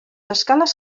escales